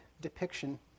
depiction